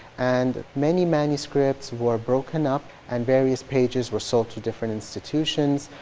and many manuscripts were broken up and various pages were sold to different institutions.